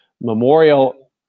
memorial